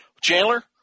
Chandler